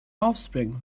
offspring